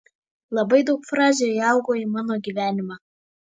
labai daug frazių įaugo į mano gyvenimą